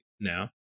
now